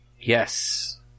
Yes